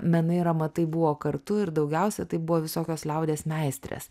menai ir amatai buvo kartu ir daugiausia tai buvo visokios liaudies meistrės